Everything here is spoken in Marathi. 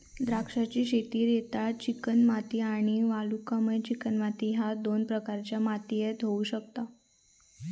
द्राक्षांची शेती रेताळ चिकणमाती आणि वालुकामय चिकणमाती ह्य दोन प्रकारच्या मातीयेत होऊ शकता